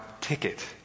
ticket